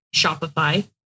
Shopify